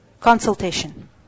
Consultation